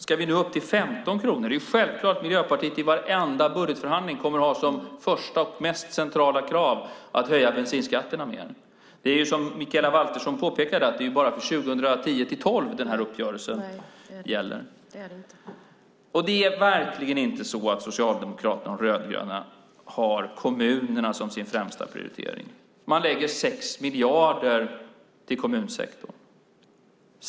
Ska vi nu upp till 15 kronor? Det är självklart att Miljöpartiet i varenda budgetförhandling kommer att ha som första och mest centrala krav att höja bensinskatterna mer. Det är som Mikaela Valtersson påpekade: Det är bara för 2010-2012 den här uppgörelsen gäller. Det är verkligen inte så att Socialdemokraterna och De rödgröna har kommunerna som sin främsta prioritering. Man lägger 6 miljarder på kommunsektorn.